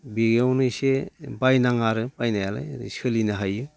बेयावनो एसे बायनाङा आरो बायनायालाय सोलिनो हायो